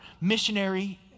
missionary